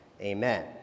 Amen